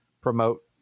promote